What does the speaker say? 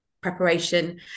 preparation